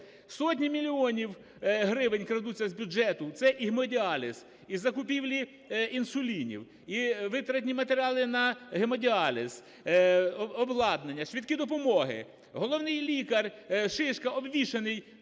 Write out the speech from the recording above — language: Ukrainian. Сотні мільйонів гривень крадуться з бюджету: це і гемодіаліз, і закупівлі інсулінів, і витратні матеріали на гемодіаліз, обладнання, швидкі допомоги. Головний лікар Шишка, обвішаний